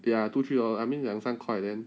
ya two three dollar I mean 两三块 then